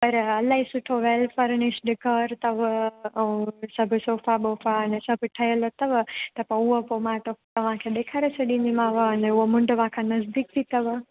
पर इलाही सुठो वेल फर्निश रिकवर अथव ऐं सभु सोफा ॿोफा सभु ठहियलु अथव त पोइ उहो पोइ मां तव्हां खे ॾेखारे छॾींदीमांव अने उहो मुंडवा खां नज़दीकु बि अथव